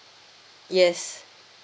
yes